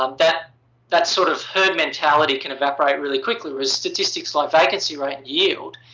um that that sort of heard mentality can evaporate really quickly. whereas statistics like vacancy rate and yield,